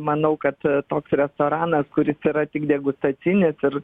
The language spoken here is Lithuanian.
manau kad toks restoranas kuris yra tik degustacinis ir